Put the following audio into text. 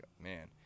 man